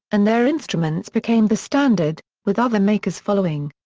and their instruments became the standard, with other makers following.